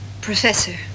Professor